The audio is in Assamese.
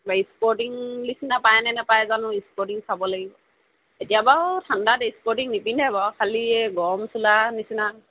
কিবা স্পৰ্টিং নিচিনা পায়নে নাপায় জানো স্পৰ্টিং চাব লাগিব এতিয়া বাৰু ঠাণ্ডাত স্পৰ্টিং নিপিন্ধে বাৰু খালি এই গৰম চোলা নিচিনা